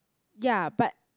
ya but